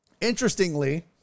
interestingly